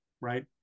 right